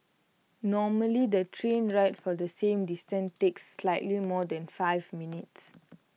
normally the train ride for the same distance takes slightly more than five minutes